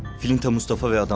filinta mustafa